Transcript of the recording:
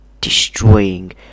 destroying